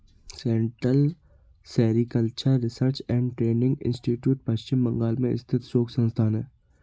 central sericultural research and training institute Pashchim Bangal में स्थित शोध संस्थान है